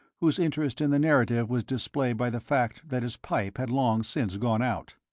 whose interest in the narrative was displayed by the fact that his pipe had long since gone out.